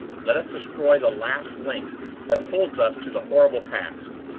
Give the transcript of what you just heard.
let us destroy the last link that holds us to the horrible past!